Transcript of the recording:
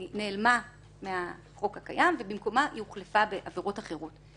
היא נעלמה מהחוק הקיים והוחלפה בעבירות אחרות.